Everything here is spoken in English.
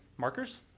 Markers